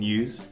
use